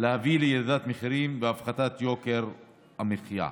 להביא לירידת מחירים והפחתת יוקר המחיה.